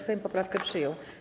Sejm poprawkę przyjął.